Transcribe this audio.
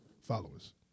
Followers